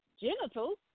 genitals